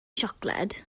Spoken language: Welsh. siocled